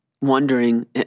wondering